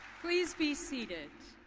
please be seated,